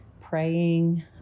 praying